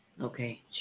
Okay